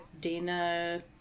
dana